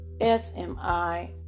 SMI